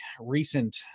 recent